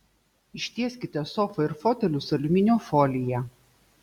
ištieskite sofą ir fotelius aliuminio folija